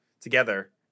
together